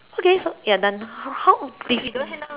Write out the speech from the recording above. okay ya done how how